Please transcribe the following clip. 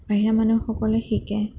বাহিৰা মানুহসকলে শিকে